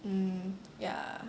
mm ya